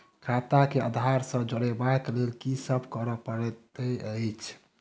खाता केँ आधार सँ जोड़ेबाक लेल की सब करै पड़तै अछि?